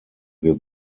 wir